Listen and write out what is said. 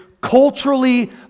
culturally